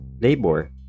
labor